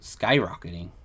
skyrocketing